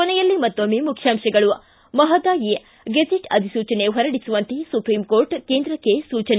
ಕೊನೆಯಲ್ಲಿ ಮತ್ತೊಮ್ಮೆ ಮುಖ್ಯಾಂಶಗಳು ು ಮಹದಾಯಿ ಗೆಜೆಟ್ ಅಧಿಸೂಚನೆ ಹೊರಡಿಸುವಂತೆ ಸುಪ್ರೀಂ ಕೋರ್ಟ್ ಕೇಂದ್ರಕ್ಕೆ ಸೂಚನೆ